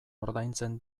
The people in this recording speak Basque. ordaintzen